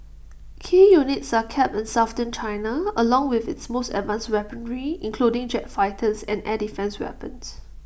key units are kept in southern China along with its most advanced weaponry including jet fighters and air defence weapons